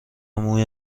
موی